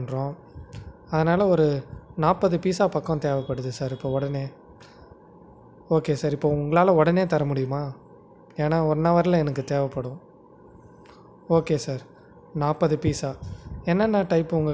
சரி ஓட்டல்ல சாப்புடல்லானா முடியல கட்டுப்படி ஆகல சரி சமைச்சி சாப்புடல்லானு கேஸுக்கு ஆர்டரு பண்ணோம் ஆனால் எந்த ப்ரூஃப் இல்லாமல் கேஸ் கெடைக்கல சரி அவசரத்துக்கு ஆகட்டுமேனு ஒரு ஸ்டவ் அடுப்பு அதுவும் கையில் அடிக்கிற மாதிரி ஒரு ஸ்டவ் அடுப்பு